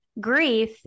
grief